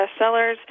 bestsellers